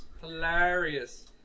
Hilarious